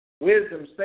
Wisdom